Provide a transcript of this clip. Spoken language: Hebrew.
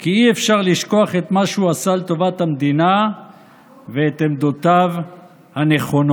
כי אי-אפשר לשכוח את מה שהוא עשה לטובת המדינה ואת עמדותיו הנכונות.